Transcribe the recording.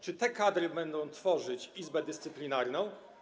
Czy te kadry będą tworzyć Izbę Dyscyplinarną?